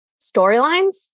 storylines